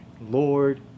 Lord